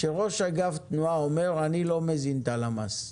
שראש אגף תנועה אומר "אני לא מזין את הלמ"ס",